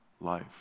life